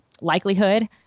likelihood